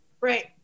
Right